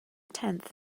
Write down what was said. tenth